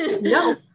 No